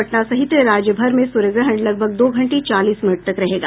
पटना सहित राज्यभर में सूर्य ग्रहण लगभग दो घंटे चालीस मिनट तक रहेगा